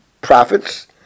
prophets